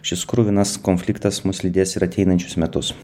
šis kruvinas konfliktas mus lydės ir ateinančius metus